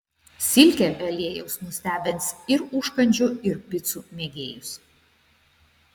silkė be aliejaus nustebins ir užkandžių ir picų mėgėjus